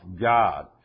God